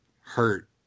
hurt